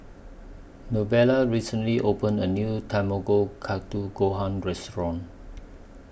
Novella recently opened A New Tamago Katu Gohan Restaurant